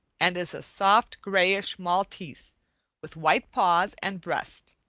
and is a soft, grayish-maltese with white paws and breast.